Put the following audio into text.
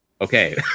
Okay